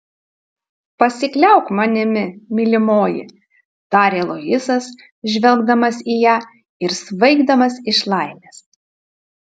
pasikliauk manimi mylimoji tarė luisas žvelgdamas į ją ir svaigdamas iš laimės